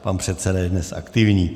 Pan předseda je dnes aktivní.